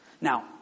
Now